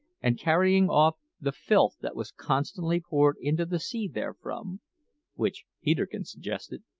and carrying off the filth that was constantly poured into the sea therefrom which, peterkin suggested,